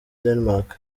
denmark